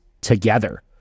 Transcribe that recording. together